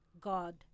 God